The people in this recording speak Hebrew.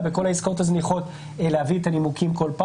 בכל העסקאות הזניחות להביא כל פעם את הנימוקים.